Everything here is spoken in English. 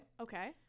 Okay